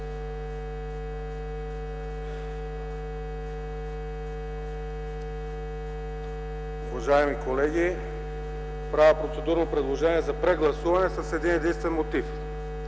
Уважаеми колеги! Правя процедурно предложение за прегласуване с един-единствен мотив.